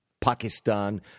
Pakistan